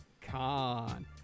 con